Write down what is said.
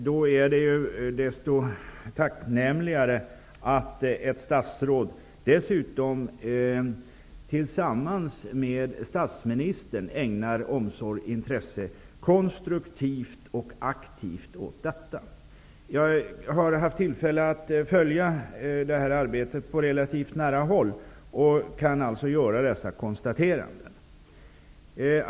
Då är det desto tacknämligare att ett statsråd, dessutom tillsammans med statsministern, ägnar omsorg och konstruktivt och aktivt intresse åt detta. Jag har haft tillfälle att följa detta arbete på relativt nära håll och kan alltså göra dessa konstateranden.